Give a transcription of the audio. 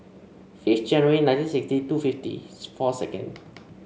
fifth January nineteen sixty two fifty four seconds